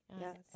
Yes